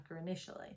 initially